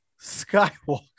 Skywalker